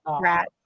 rat